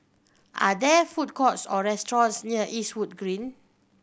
are there food courts or restaurants near Eastwood Green